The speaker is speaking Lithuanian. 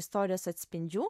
istorijos atspindžių